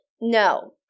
No